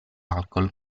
alcol